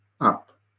up